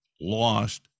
lost